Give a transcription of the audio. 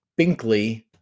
Binkley